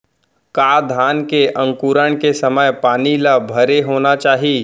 का धान के अंकुरण के समय पानी ल भरे होना चाही?